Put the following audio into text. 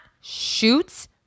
shoots